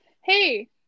hey